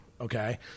okay